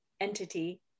entity